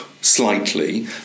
slightly